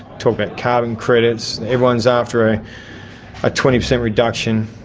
talk about carbon credits, everyone's after a ah twenty percent reduction,